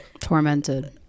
tormented